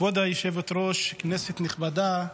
כבוד היושבת-ראש, כנסת נכבדה,